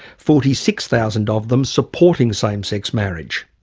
forty six thousand ah of them supporting same-sex marriage.